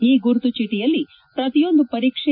ಈ ಗುರುತು ಚೀಟಿಯಲ್ಲಿ ಪ್ರತಿಯೊಂದು ಪರೀಕ್ಷೆ